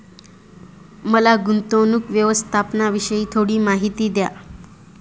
मला गुंतवणूक व्यवस्थापनाविषयी थोडी माहिती द्या